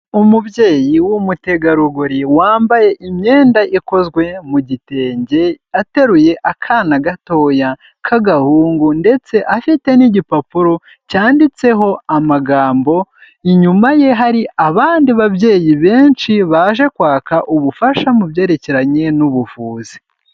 Umubyeyi w'umutegarugori wambaye imyenda ikozwe mu gitenge, ateruye akana gatoya k'agahungu ndetse afite n'igipapuro cyanditseho amagambo, inyuma ye hari abandi babyeyi benshi baje kwaka ubufasha mu byerekeranye n'ubuvuzi.